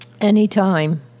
Anytime